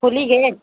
کھلی گیٹ